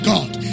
God